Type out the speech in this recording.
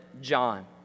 John